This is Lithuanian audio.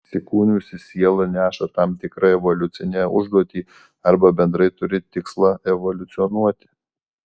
įsikūnijusi siela neša tam tikrą evoliucinę užduotį arba bendrai turi tikslą evoliucionuoti